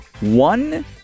one